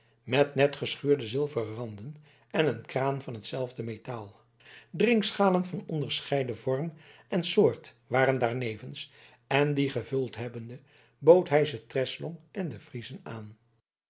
met net geschuurde zilveren randen en een kraan van t zelfde metaal drinkschalen van onderscheiden vorm en soort waren daarnevens en die gevuld hebbende bood hij ze treslong en den friezen aan